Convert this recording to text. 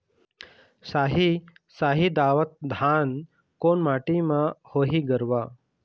साही शाही दावत धान कोन माटी म होही गरवा?